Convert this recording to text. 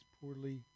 poorly